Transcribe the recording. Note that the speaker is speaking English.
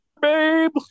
babe